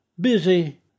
Busy